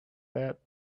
that